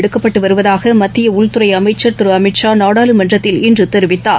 எடுக்கப்பட்டுவருவதாகமத்தியஉள்துறைஅமைச்சர் திருஅமித்ஷா நாடாளுமன்றத்தில் இன்றதெரிவித்தார்